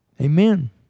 Amen